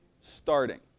starting